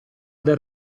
del